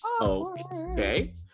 okay